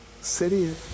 City